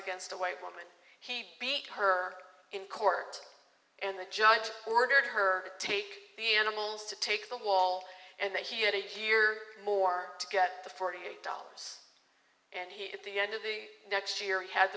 against a white woman he beat her in court and the judge ordered her to take the animals to take the wall and that he had a year to get the forty eight dollars and he at the end of the next year he ha